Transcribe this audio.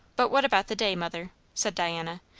but what about the day, mother? said diana,